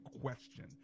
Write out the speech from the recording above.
question